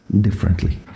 differently